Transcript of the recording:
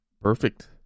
Perfect